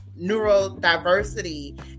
neurodiversity